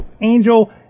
Angel